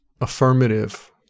affirmative